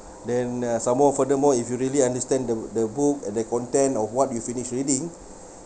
then ah some more furthermore if you really understand the the book and the content of what you finish reading